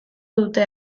dute